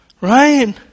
Right